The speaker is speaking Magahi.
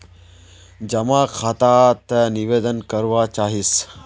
जमा खाता त निवेदन करवा चाहीस?